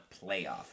playoff